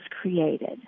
created